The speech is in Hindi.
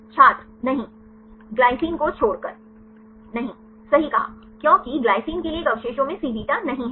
छात्रनहीं ग्लाइसीन को छोड़कर नहीं सही कहा क्योंकि ग्लाइसीन के लिए एक अवशेषों में Cβ नहीं है